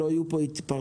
שלא יהיו פה התפרצויות.